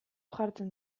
jartzen